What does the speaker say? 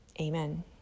Amen